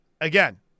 again